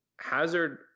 Hazard